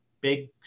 big